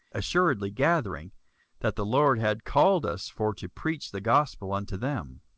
assuredly gathering that the lord had called us for to preach the gospel unto them.